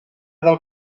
del